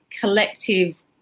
collective